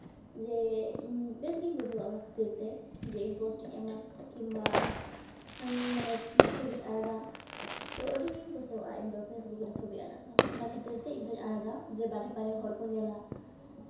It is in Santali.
ᱡᱮ ᱤᱧ ᱵᱮᱥ ᱜᱮᱧ ᱵᱩᱡᱷᱟᱹᱣᱟ ᱚᱱᱟ ᱠᱷᱟᱹᱛᱤᱨ ᱛᱮ ᱡᱮ ᱤᱧ ᱯᱳᱥᱴ ᱤᱧ ᱮᱢᱟ ᱠᱤᱢᱵᱟ ᱤᱧ ᱢᱟᱱᱮ ᱪᱷᱚᱵᱤᱧ ᱟᱲᱟᱜᱟ ᱛᱚ ᱟᱹᱰᱤᱜᱮᱧ ᱠᱩᱥᱤᱭᱟᱜᱼᱟ ᱤᱧᱫᱚ ᱯᱷᱮᱥᱵᱩᱠ ᱨᱮ ᱪᱷᱚᱵᱤ ᱟᱲᱟᱜ ᱫᱚ ᱚᱱᱟ ᱠᱷᱟᱹᱛᱤᱨ ᱛᱮ ᱤᱧ ᱫᱚᱧ ᱟᱲᱟᱜᱟ ᱡᱮ ᱵᱟᱦᱨᱮ ᱵᱟᱦᱨᱮ ᱦᱚᱲ ᱠᱚ ᱧᱮᱞᱟ